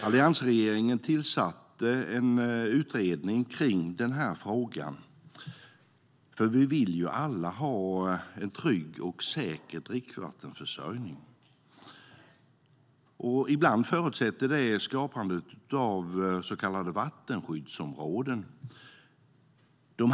Alliansregeringen tillsatte en utredning kring denna fråga, för vi vill ju alla ha en trygg och säker dricksvattenförsörjning. Ibland förutsätter det skapandet av så kallade vattenskyddsområden.